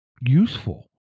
useful